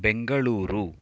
Bengaluru